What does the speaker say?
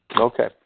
okay